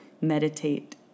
meditate